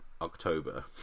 October